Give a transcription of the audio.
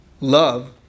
love